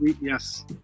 Yes